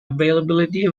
availability